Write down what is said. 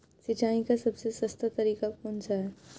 सिंचाई का सबसे सस्ता तरीका कौन सा है?